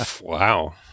Wow